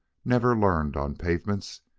never learned on pavements,